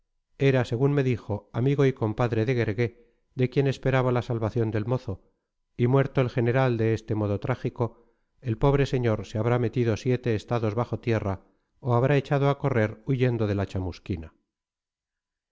era según me dijo amigo y compadre de guergué de quien esperaba la salvación del mozo y muerto el general de este modo trígico el pobre señor se habrá metido siete estados bajo tierra o habrá echado a correr huyendo de la chamusquina